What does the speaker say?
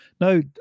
no